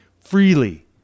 freely